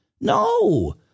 No